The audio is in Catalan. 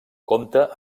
compta